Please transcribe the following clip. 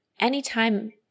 Anytime